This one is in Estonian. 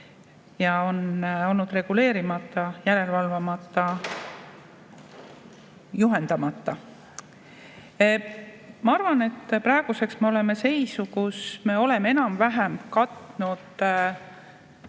ja on olnud reguleerimata, järelevalvamata, juhendamata. Ma arvan, et praeguseks me oleme seisus, kus me oleme enam-vähem katnud